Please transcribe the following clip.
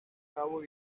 cabo